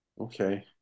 Okay